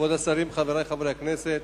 כבוד השרים, חברי חברי הכנסת,